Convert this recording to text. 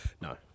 No